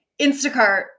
Instacart